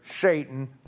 Satan